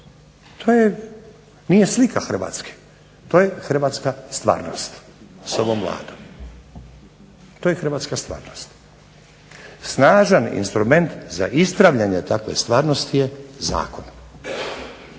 to nije slika Hrvatske to je hrvatska stvarnost s ovom Vladom. Snažan instrument za ispravljanje takve stvarnosti je zakon